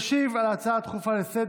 אז תחשבו בהיגיון.